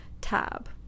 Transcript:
tab